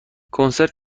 کنسرت